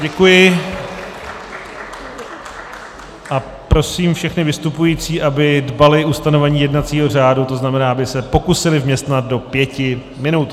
Děkuji a prosím všechny vystupující, aby dbali ustanovení jednacího řádu, to znamená, aby se pokusili vměstnat do pěti minut.